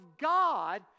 God